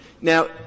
Now